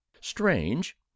Strange